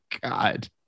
god